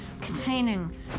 containing